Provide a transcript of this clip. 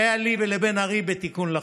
שהיה לי ולבן ארי בתיקון לחוק.